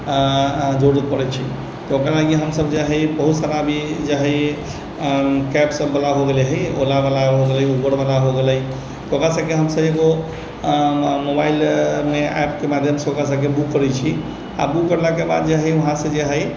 जरुरत पड़ै छै तऽ जेनाकि हम सभ जे हइ बहुत सारा अभी जे हइ कैब सभ बला हो गेलै हइ ओला बला हो गेलै उबर बला हो गेलै तऽ ओकरा सभके हम सभ एगो मोबाइल मे एप के माध्यमसँ ओकरा सभके बुक करै छी आ बुक करलाके बाद जे हइ वहाँसँ जे हइ